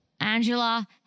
Angela